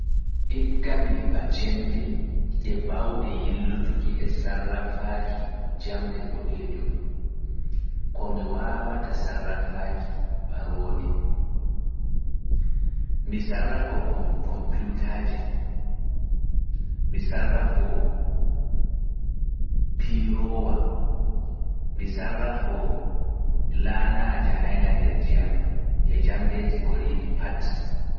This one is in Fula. Igga mi heɓa cembe e bawɗe yillutuki e sarrafaaki jamɗe boɗeejo, ko mi wawata wailutuki baroode. mi wailita komputa, piroowa, laanya njahainga nder ndiyam e jamdeeji pat.